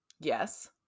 Yes